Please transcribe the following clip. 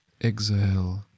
Exhale